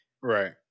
right